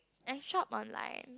I shop online